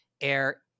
air